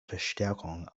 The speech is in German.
verstärkung